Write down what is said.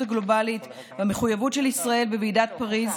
הגלובלית והמחויבות של ישראל בוועידת פריז,